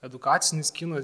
edukacinis kinas